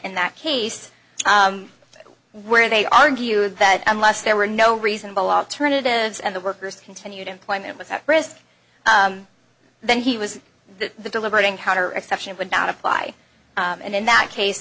in that case where they argued that unless there were no reasonable alternatives and the workers continued employment was at risk then he was the deliberating counter exception would not apply and in that case